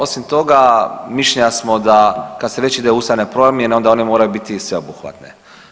Osim toga mišljenja smo da kad se već ide u ustavne promjene onda one moraju biti sveobuhvatne.